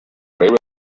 railway